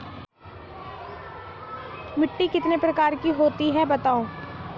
मिट्टी कितने प्रकार की होती हैं बताओ?